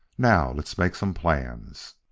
now let's make some plans.